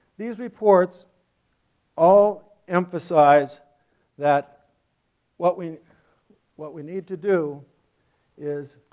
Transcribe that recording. these reports all emphasize that what we what we need to do is